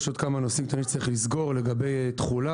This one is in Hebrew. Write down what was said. יש עוד כמה נושאים שצריך לסגור לגבי תחולה